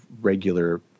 regular